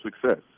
success